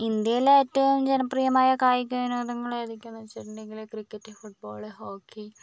ഇന്ത്യയിലെ ഏറ്റവും ജനപ്രിയമായ കായിക വിനോദങ്ങൾ ഏതൊക്കെയാണെന്ന് ചോദിച്ചിട്ടുണ്ടെങ്കിൽ ക്രിക്കറ്റ് ഫുട്ബോൾ ഹോക്കി